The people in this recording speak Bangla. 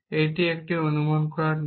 এটি একটি অনুমান করার নিয়ম